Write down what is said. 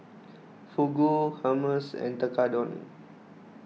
Fugu Hummus and Tekkadon